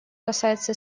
касается